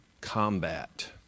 combat